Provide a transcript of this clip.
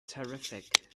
terrific